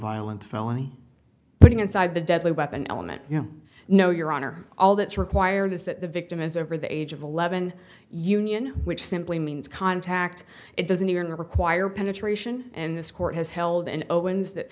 violent felony putting inside the deadly weapon element you know your honor all that's required is that the victim is over the age of eleven union which simply means contact it doesn't even require penetration in this court has held and opens that